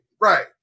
right